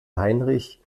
heinrich